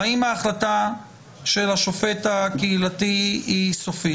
האם ההחלטה של השופט הקהילתי היא סופית?